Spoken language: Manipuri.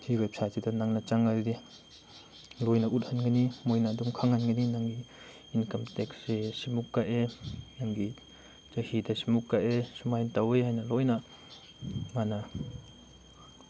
ꯁꯤ ꯋꯦꯕ ꯁꯥꯏꯗꯁꯤꯗ ꯅꯪꯅ ꯆꯪꯂꯗꯤ ꯂꯣꯏꯅ ꯎꯠꯍꯟꯒꯅꯤ ꯃꯣꯏꯅ ꯑꯗꯨꯝ ꯈꯪꯍꯟꯒꯅꯤ ꯅꯪꯒꯤ ꯏꯟꯀꯝ ꯇꯦꯛꯁꯁꯤ ꯁꯤꯃꯨꯛ ꯀꯛꯑꯦ ꯅꯪꯒꯤ ꯆꯍꯤꯗ ꯁꯤꯃꯨꯛ ꯀꯛꯑꯦ ꯁꯨꯃꯥꯏꯅ ꯇꯧꯋꯦ ꯍꯥꯏꯅ ꯂꯣꯏꯅ ꯃꯥꯅ